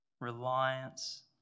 reliance